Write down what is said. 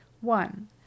one